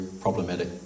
problematic